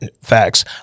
Facts